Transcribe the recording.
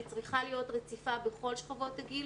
היא צריכה להיות רצופה בכל שכבות הגיל